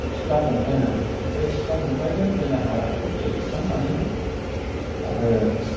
सिखा खंखाय नांगौ बे सिखा खंखायजों जोङो हाग्राखौ एवस्रांनानैहाय आरो